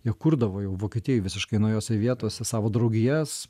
jie kurdavo jau vokietijoj visiškai naujose vietose savo draugijas